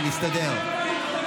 אני מסתדר.